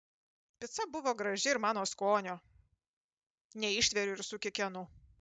pica buvo graži ir mano skonio neištveriu ir sukikenu